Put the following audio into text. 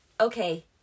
okay